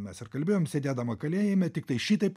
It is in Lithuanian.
mes ir kalbėjom sėdėdama kalėjime tiktai šitaip